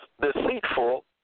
deceitful